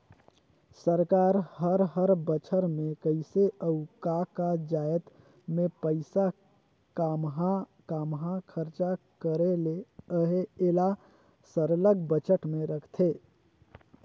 सरकार हर हर बछर में कइसे अउ का का जाएत में पइसा काम्हां काम्हां खरचा करे ले अहे एला सरलग बजट में रखथे